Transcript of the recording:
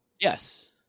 yes